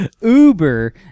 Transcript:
Uber